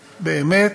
באמת,